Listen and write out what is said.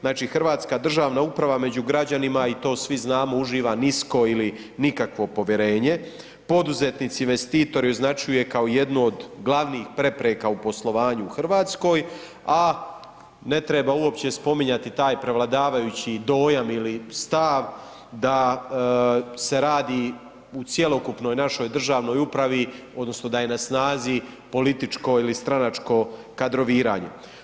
Znači hrvatska državna uprava među građanima i to svi znamo uživa nisko ili nikakvo povjerenje, poduzetnici investitor ju označuje kao jednu od glavnih prepreka u poslovanju u Hrvatskoj a ne treba uopće spominjati taj prevladavajući dojam ili stav da se radi u cjelokupnoj našoj državnoj upravi odnosno da je na snazi političkoj ili stranačko kadroviranje.